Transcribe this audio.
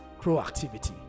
proactivity